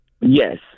Yes